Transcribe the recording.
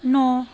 ਨੌਂ